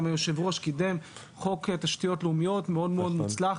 היושב-ראש קידם חוק תשתיות לאומיות מאוד מוצלח,